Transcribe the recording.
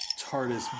TARDIS